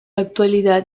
actualidad